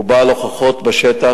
והוא בעל הוכחות בשטח,